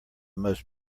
most